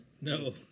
No